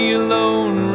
alone